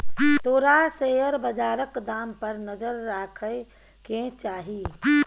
तोरा शेयर बजारक दाम पर नजर राखय केँ चाही